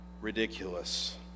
ridiculous